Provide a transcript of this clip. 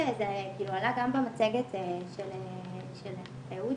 זה עלה גם במצגת של אהוד,